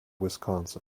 wisconsin